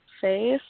face